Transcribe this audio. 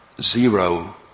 zero